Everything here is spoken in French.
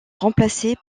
remplacée